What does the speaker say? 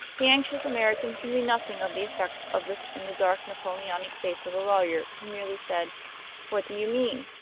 the anxious american could read nothing of the effect of this in the dark napoleonic face of the lawyer, who merely said what do you mean?